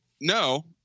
no